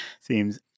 seems